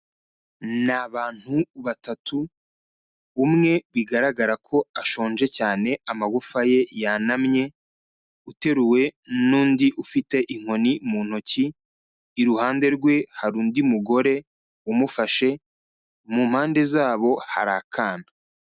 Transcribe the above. Ni abantu batatu, umwe bigaragara ko ashonje cyane, amagufwa ye yanamye, uteruwe n'undi ufite inkoni mu ntoki, iruhande rwe hari undi mugore umufashe, mu mpande zabo, hari akana.